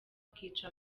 akica